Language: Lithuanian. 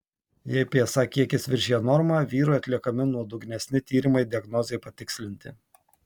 jei psa kiekis viršija normą vyrui atliekami nuodugnesni tyrimai diagnozei patikslinti